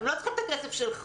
הן לא צריכות את הכסף שלך.